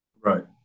Right